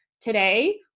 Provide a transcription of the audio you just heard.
today